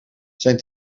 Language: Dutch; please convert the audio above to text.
zijn